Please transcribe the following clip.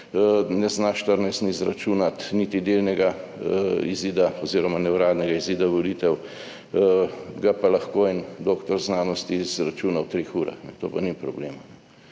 da ne zna 14 dni izračunati niti delnega izida oziroma neuradnega izida volitev, ga pa lahko en dr. znanosti izračuna v treh urah, to pa ni problema.